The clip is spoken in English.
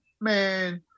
man